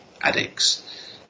addicts